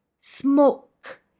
Smoke